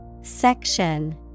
Section